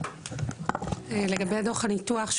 לגבי דוח הניתוח,